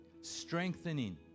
strengthening